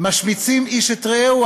משמיצים איש את רעהו,